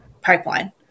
pipeline